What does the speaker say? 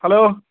hello